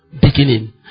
beginning